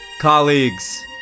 colleagues